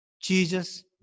Jesus